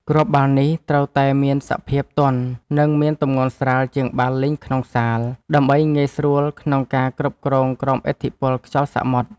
គ្រាប់បាល់នេះត្រូវតែមានសភាពទន់ និងមានទម្ងន់ស្រាលជាងបាល់លេងក្នុងសាល ដើម្បីងាយស្រួលក្នុងការគ្រប់គ្រងក្រោមឥទ្ធិពលខ្យល់សមុទ្រ។